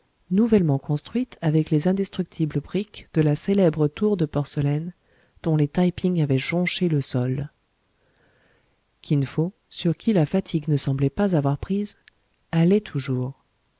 nouvellement construite avec les indestructibles briques de la célèbre tour de porcelaine dont les taï ping avaient jonché le sol kin fo sur qui la fatigue ne semblait pas avoir prise allait toujours